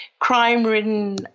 crime-ridden